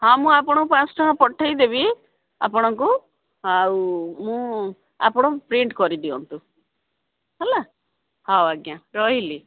ହଁ ମୁଁ ଆପଣଙ୍କୁ ପାଞ୍ଚ ଶହ ଟଙ୍କା ପଠେଇଦେବି ଆପଣଙ୍କୁ ଆଉ ମୁଁ ଆପଣ ପ୍ରିଣ୍ଟ କରିଦିଅନ୍ତୁ ହେଲା ହଉ ଆଜ୍ଞା ରହିଲି